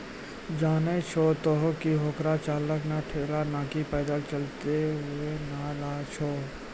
जानै छो तोहं कि हेकरा चालक नॅ ठेला नाकी पैदल चलतॅ हुअ चलाय छै